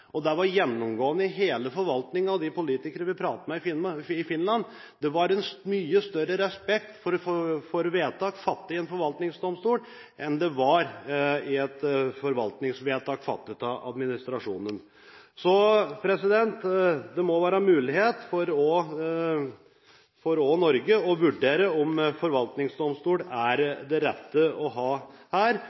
med forvaltningsdomstolen, var respekten for vedtak. Det var gjennomgående i hele forvaltningen og for de politikerne vi pratet med i Finland. Det var en mye større respekt for vedtak fattet i en forvaltningsdomstol enn det var for et forvaltningsvedtak fattet av administrasjonen. Så det må være mulighet også for Norge å vurdere om en forvaltningsdomstol er det rette å ha her,